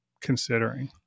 considering